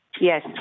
Yes